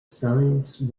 science